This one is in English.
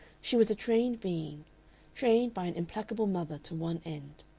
she was a trained being trained by an implacable mother to one end.